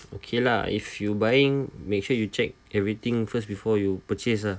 okay lah if you buying make sure you check everything first before you purchase ah